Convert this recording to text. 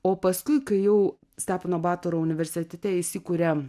o paskui kai jau stepono batoro universitete įsikuria